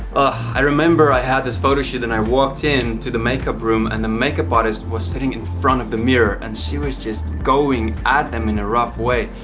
ah i remember i had this photo shoot and i walked in to the makeup room and the makeup artist was sitting in front of the mirror and she was just going at them in a rough way,